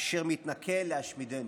אשר מתנכל להשמידנו.